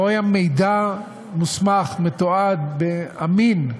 לא היה מידע מוסמך, מתועד, אמין,